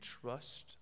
trust